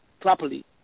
properly